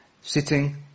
sitting